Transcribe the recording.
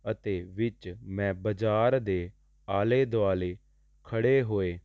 ਅਤੇ ਵਿੱਚ ਮੈਂ ਬਜ਼ਾਰ ਦੇ ਆਲੇ ਦੁਆਲੇ ਖੜ੍ਹੇ ਹੋਏ